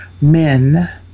men